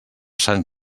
sant